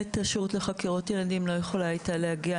מנהלת השירות לחקירות ילדים לא יכולה הייתה להגיע,